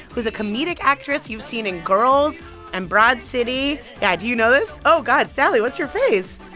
who's a comedic actress you've seen in girls and broad city. yeah, do you know this? oh, god, sally what's your face?